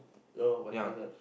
no my class [one]